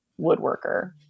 woodworker